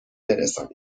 برسانید